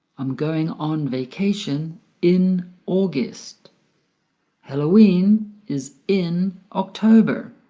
i'm going on vacation in august halloween is in october